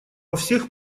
всех